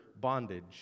bondage